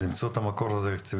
יש למצוא את המקור התקציבי,